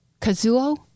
Kazuo